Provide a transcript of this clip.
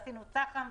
ועשינו צח"מ,